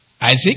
Isaac